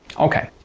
okay,